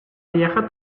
эйиэхэ